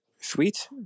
sweet